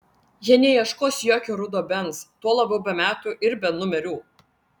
jie neieškos jokio rudo benz tuo labiau be metų ir be numerių